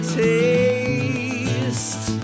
taste